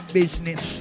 business